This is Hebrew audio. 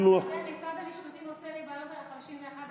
משרד המשפטים עושה לי בעיות על ה-51%.